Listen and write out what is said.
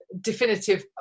definitive